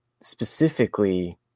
specifically